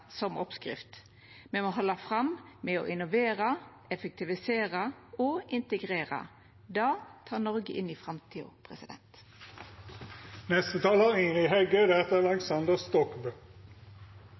som oppskrift. Me må halda fram med å innovera, effektivisera og integrera. Det tek Noreg inn i framtida.